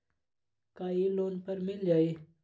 का इ लोन पर मिल जाइ?